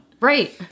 Right